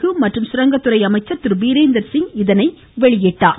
கு மற்றும் குரங்கத்துறை அமைச்சர் திரு பிரேந்தர்சிங் இதனை அநிவித்தார்